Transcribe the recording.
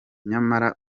nyamara